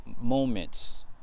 moments